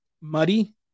muddy